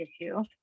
issue